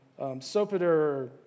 Sopater